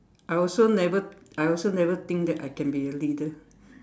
I also never I also never think that I can be a leader